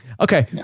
Okay